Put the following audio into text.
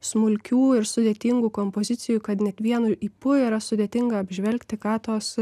smulkių ir sudėtingų kompozicijų kad net vienu ypa yra sudėtinga apžvelgti ką tos